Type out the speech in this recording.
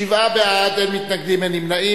שבעה בעד, אין מתנגדים ואין נמנעים.